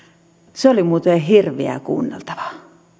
se oli muuten hirveää kuunneltavaa